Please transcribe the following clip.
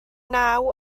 naw